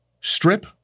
strip